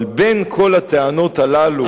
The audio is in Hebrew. אבל בין כל הטענות האלה,